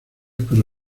pero